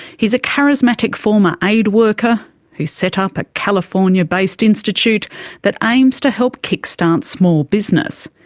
he's a charismatic former aid worker who set up a california based institute that aims to help kick-start small business.